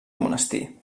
monestir